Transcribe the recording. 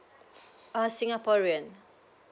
err singaporean